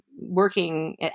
working